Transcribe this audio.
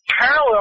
Parallel